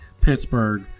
Pittsburgh